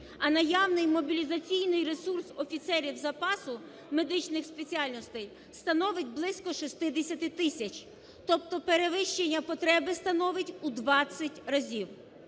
а наявний мобілізаційний ресурс офіцерів запасу медичних спеціальностей становить близько 60 тисяч, тобто перевищення потреби становить у 20 разів.